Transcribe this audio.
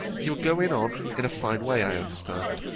you are going on in a fine way, i understand.